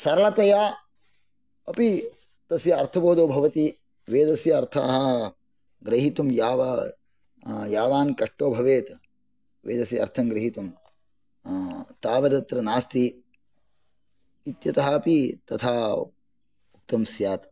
सरलतया अपि तस्य अर्थबोधो भवति वेदस्य अर्थाः ग्रहीतुं याव यावान् कष्टो भवेत् वेदस्य अर्थं ग्रहीतुं तावदत्र नास्ति इत्यतः अपि तथा उक्तं स्यात्